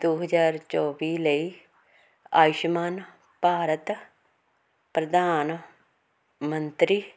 ਦੋ ਹਜ਼ਾਰ ਚੋਵੀ ਲਈ ਆਯੁਸ਼ਮਾਨ ਭਾਰਤ ਪ੍ਰਧਾਨ ਮੰਤਰੀ